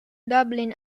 dublin